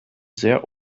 sehr